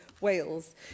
Wales